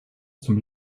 zum